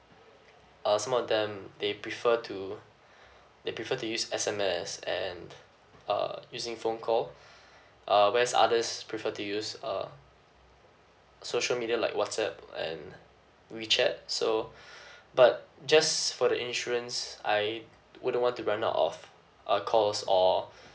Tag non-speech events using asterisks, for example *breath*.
uh some of them they prefer to *breath* they prefer this S_M_S and uh using phone call *breath* uh where others prefer to use uh social media like whatsapp and wechat so *breath* but just for the insurance I wouldn't want to run out of uh calls or *breath*